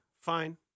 fine